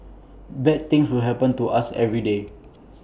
bad things will happen to us every day